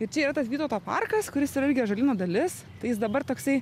ir čia yra tas vytauto parkas kuris yra irgi ąžuolyno dalis jis dabar toksai